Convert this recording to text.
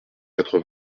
quatre